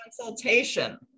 consultation